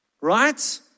Right